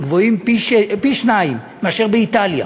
גבוהים פי-שניים מאשר באיטליה,